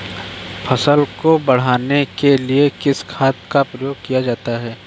फसल को बढ़ाने के लिए किस खाद का प्रयोग किया जाता है?